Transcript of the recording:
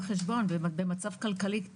במצב כלכלי טוב,